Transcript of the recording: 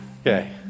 Okay